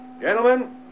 Gentlemen